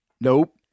Nope